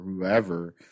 whoever